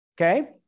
okay